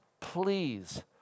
please